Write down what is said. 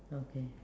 okay